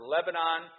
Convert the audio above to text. Lebanon